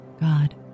God